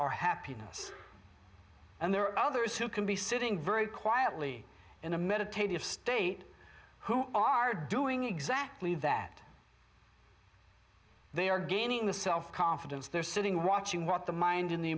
or happiness and there are others who can be sitting very quietly in a meditative state who are doing exactly that they are gaining the self confidence they're sitting watching what the mind in the